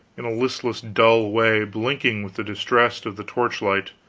in a listless dull way, blinking with the distress of the torchlight,